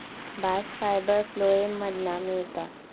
bast fibre phloem मधना मिळता